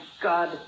God